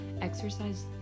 exercise